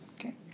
Okay